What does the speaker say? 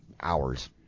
hours